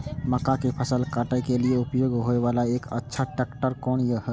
मक्का के फसल काटय के लिए उपयोग होय वाला एक अच्छा ट्रैक्टर कोन हय?